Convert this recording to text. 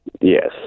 Yes